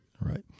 Right